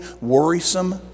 worrisome